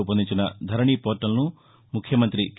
రూపొందించిన ధరణి పోర్టల్ను ముఖ్యమంత్రి కె